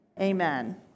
Amen